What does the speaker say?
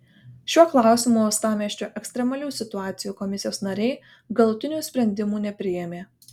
šiuo klausimu uostamiesčio ekstremalių situacijų komisijos nariai galutinių sprendimų nepriėmė